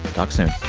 talk soon